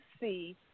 see